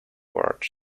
guards